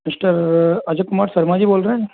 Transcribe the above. mister Ajay Kumar Sharma ji बोल रहे हैं